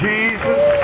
Jesus